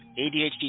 ADHD